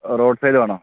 roadside വേണോ